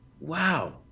Wow